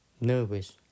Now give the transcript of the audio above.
nervous